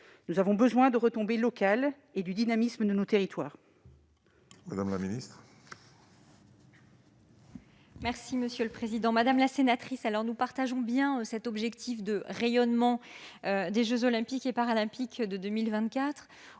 Nous avons besoin de retombées locales et du dynamisme de nos territoires.